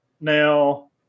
Now